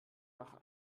nach